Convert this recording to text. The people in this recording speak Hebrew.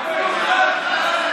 איתן.